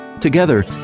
Together